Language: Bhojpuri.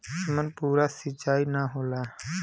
एमन पूरा सींचाई ना होला